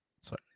sorry